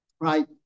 right